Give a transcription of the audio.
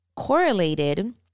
Correlated